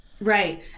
Right